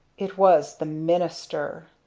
it was the minister!